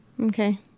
Okay